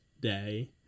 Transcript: day